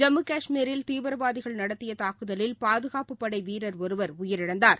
ஜம்மு கஷ்மீரில் தீவிரவாதிகள் நடத்தியதாக்குதலில் பாதுகாப்புப் படைவீரர் ஒருவர் உயிரிழந்தார்